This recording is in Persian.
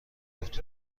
بود